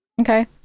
Okay